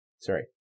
sorry